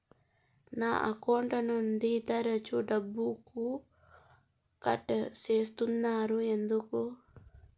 నా అకౌంట్ నుండి తరచు డబ్బుకు కట్ సేస్తున్నారు ఎందుకు